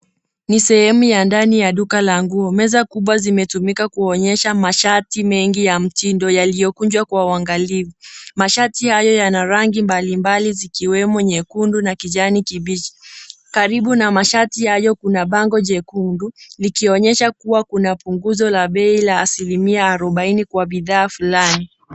Ni sehemu ya ndani ya duka la nguo, meza kubwa zimetumika kuonyesha mashati mengi ya mtindo yaliyokunjwa kwa uangalifu. Mashati hayo yana rangi mbalimbali zikiwemo nyekundu na kijani kibichi. Karibu na mashati hayo kuna bango jekundu, likionyesha kuwa kuna punguzo la bei la asilimia arobaini kwa bidhaa fulani.